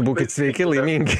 būkit sveiki laimingi